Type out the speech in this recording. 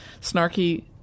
snarky